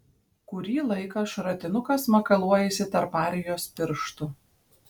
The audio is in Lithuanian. kurį laiką šratinukas makaluojasi tarp arijos pirštų